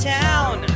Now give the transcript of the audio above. town